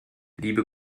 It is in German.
liebe